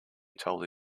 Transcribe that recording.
told